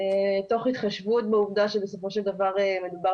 תוך התחשבות בעובדה שבסופו של דבר מדובר